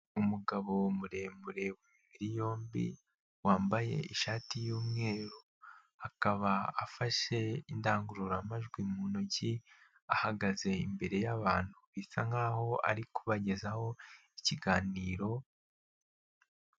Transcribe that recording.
Umugabo muremure w'imibiri yombi, wambaye ishati y'umweru, akaba afashe indangururamajwi mu ntoki ahagaze imbere y'abantu. Bisa nkaho ari kubagezaho ikiganiro...